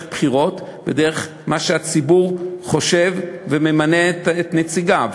בחירות ודרך מה שהציבור חושב וממנה את נציגיו.